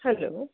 hello